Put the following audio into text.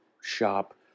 shop